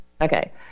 Okay